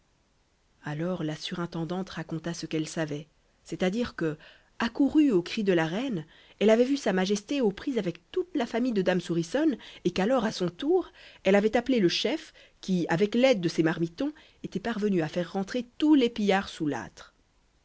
alors la surintendante raconta ce qu'elle savait c'est-à-dire que accourue aux cris de la reine elle avait vu sa majesté aux prises avec toute la famille de dame souriçonne et qu'alors à son tour elle avait appelé le chef qui avec l'aide de ses marmitons était parvenu à faire rentrer tous les pillards sous l'âtre